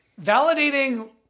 validating